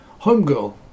homegirl